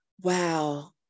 Wow